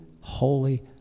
holy